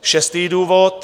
Šestý důvod.